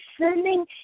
sending